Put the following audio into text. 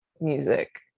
music